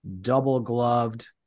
double-gloved